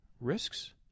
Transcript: risks